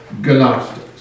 Gnostics